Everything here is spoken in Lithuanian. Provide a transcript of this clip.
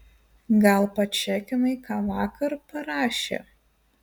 gal pačekinai ką vakar parašė